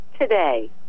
today